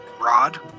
rod